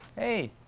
hey.